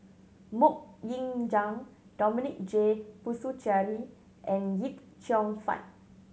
Mok Ying Jang Dominic J Puthucheary and Yip Cheong Fun